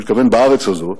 אני מתכוון בארץ הזאת,